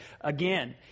again